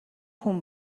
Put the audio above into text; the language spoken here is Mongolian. хүн